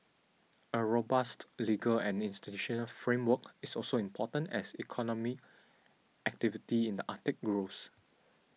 a robust legal and institutional framework is also important as economic activity in the Arctic grows